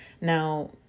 Now